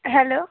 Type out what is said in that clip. hello